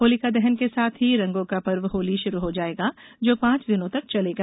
होलिका दहन के साथ ही रंगों का पर्व होली शुरू हो जायेगा जो पांच दिनों तक चलेगा